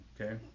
okay